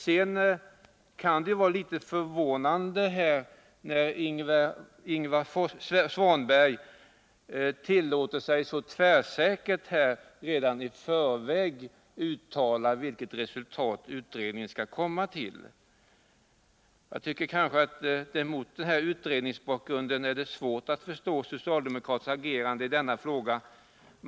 Sedan kan det ju vara litet förvånande när Ingvar Svanberg tillåter sig så tvärsäkert att redan i förväg uttala vilket resultat utredningen skall komma till. Jag tycker att det mot bakgrund av utredningen är svårt att förstå socialdemokraternas agerande i denna fråga.